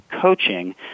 coaching